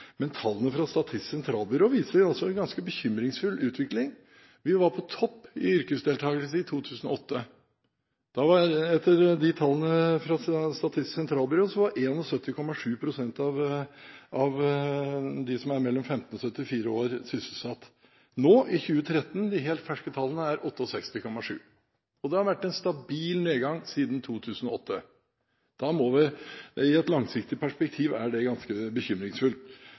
men tallene fra Statistisk sentralbyrå viser altså en ganske bekymringsfull utvikling. Vi var på topp i yrkesdeltakelse i 2008. Tall fra Statistisk sentralbyrå viser at da var 71,7 pst. av de mellom 15 og 74 år sysselsatt. Nå i 2013 viser de helt ferske tallene at vi er på 68,7 pst, og det har vært en stabil nedgang siden 2008. I et langsiktig perspektiv er det ganske bekymringsfullt.